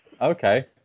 Okay